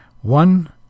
One